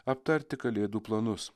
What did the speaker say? aptarti kalėdų planus